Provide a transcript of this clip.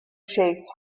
chase